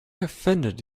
offended